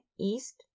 East